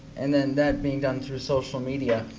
and then that being done through social media.